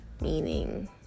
Meaning